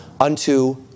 unto